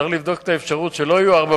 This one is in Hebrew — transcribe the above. צריך לבדוק את האפשרות שלא יהיו ארבע